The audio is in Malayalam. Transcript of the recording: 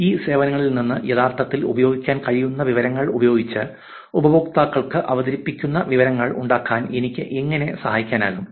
ഈ സേവനങ്ങളിൽ നിന്ന് യഥാർത്ഥത്തിൽ ഉപയോഗിക്കാൻ കഴിയുന്ന വിവരങ്ങൾ ഉപയോഗിച്ച് ഉപയോക്താക്കൾക്ക് അവതരിപ്പിക്കുന്ന വിവരങ്ങൾ ഉണ്ടാക്കാൻ എനിക്ക് എങ്ങനെ സഹായിക്കാനാകും